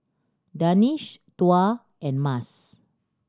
Danish Tuah and Mas